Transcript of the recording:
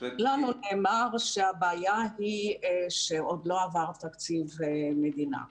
לנו נאמר שהבעיה היא שעוד לא עבר תקציב מדינה.